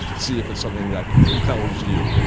see if it's something that compels you.